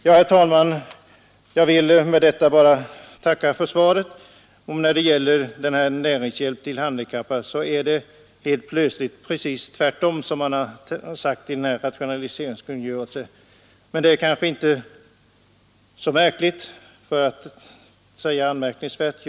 I detta avseende uttalar man emellertid nu helt plötsligt en uppfattning rakt motsatt den som framgår av rationaliseringskungöre 3 Detta är ganska märkligt för att inte säga anmärkningsvärt.